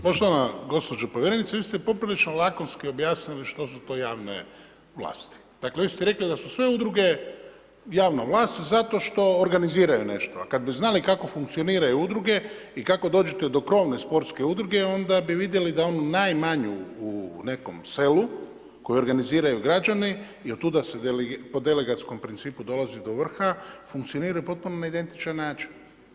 Poštovana gospođo povjerenice, vi ste poprilično lakonski objasnili što su to javne vlasti, dakle vi ste rekli da su sve udruge javna vlast zato što organiziraju nešto a kad bi znali kako funkcioniraju udruge i kako dođete do krovne sportske udruge, onda bi vidjeli da najmanju u nekom selu koje organiziraju građani jer tu da se po delegatskom principu dolazi do vrha, funkcionira na potpuno ne identičan način.